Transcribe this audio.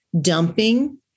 dumping